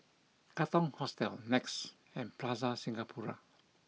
Katong Hostel Nex and Plaza Singapura